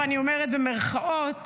ואני אומרת במירכאות,